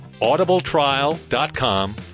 audibletrial.com